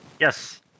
Yes